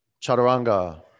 chaturanga